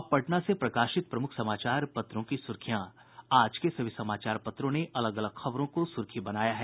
और अब पटना से प्रकाशित प्रमुख समाचार पत्रों की सुर्खियां आज के सभी समाचार पत्रों ने अलग अलग खबरों को सुर्खी बनाया है